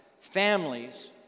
Families